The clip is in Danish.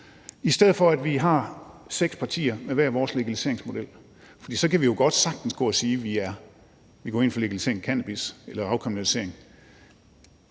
i stedet for at vi har seks partier med hver vores legaliseringsmodel, for så kan vi jo sagtens gå og sige, at vi går ind for legalisering af cannabis eller afkriminalisering